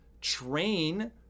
train